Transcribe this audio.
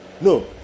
No